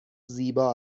زیبا